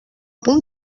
punt